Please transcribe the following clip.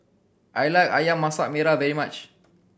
I like Ayam Masak Merah very much